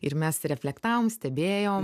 ir mes reflektavom stebėjom